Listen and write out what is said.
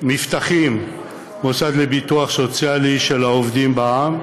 "מבטחים, מוסד לביטוח סוציאלי של העובדים בע"מ"